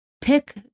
Pick